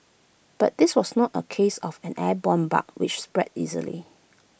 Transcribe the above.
but this was not A case of an airborne bug which spreads easily